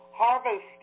Harvest